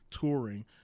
touring